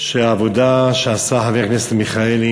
שהעבודה שעשה חבר הכנסת מיכאלי